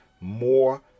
more